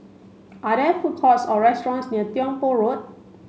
are there food courts or restaurants near Tiong Poh Road